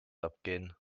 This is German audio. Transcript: abgehen